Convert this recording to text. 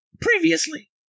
previously